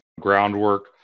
groundwork